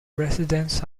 residence